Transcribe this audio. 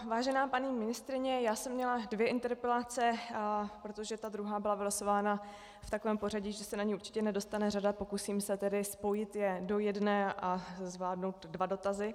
Vážená paní ministryně, já jsem měla dvě interpelace, a protože ta druhá byla vylosována v takovém pořadí, že se na ni určitě nedostane řada, pokusím se tedy spojit je do jedné a zvládnout dva dotazy.